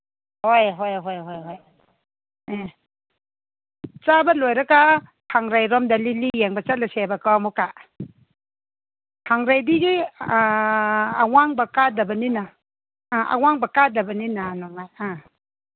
ꯍꯣꯏ ꯍꯣꯏ ꯍꯣꯏ ꯍꯣꯏ ꯑꯥ ꯆꯥꯕ ꯂꯣꯏꯔꯒ ꯂꯤꯂꯤ ꯌꯦꯡꯕ ꯆꯠꯂꯨꯁꯦꯕꯀꯣ ꯑꯃꯨꯛꯀ ꯁꯪꯕ꯭ꯔꯩꯗꯒꯤ ꯑꯋꯥꯡꯕ ꯀꯥꯗꯕꯅꯤꯅ ꯑꯥ ꯑꯋꯥꯡꯕ ꯀꯥꯗꯕꯅꯤꯅ ꯅꯨꯡꯉꯥꯏ